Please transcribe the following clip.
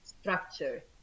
structure